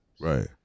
Right